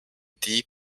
deep